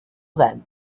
then